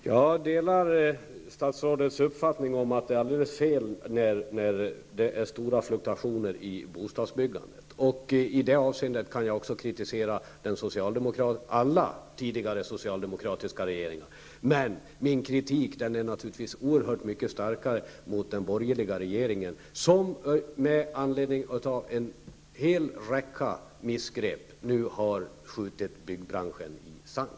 Herr talman! Jag delar statsrådets uppfattning att det är alldeles fel när det är stora fluktuationer i bostadsbyggandet. I det avseendet kan jag också kritisera alla tidigare socialdemokratiska regeringar, men min kritik är naturligtvis oerhört mycket starkare mot den borgerliga regeringen som genom en hel rad missgrepp nu har skjutit byggbranschen i sank.